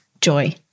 joy